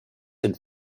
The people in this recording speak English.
had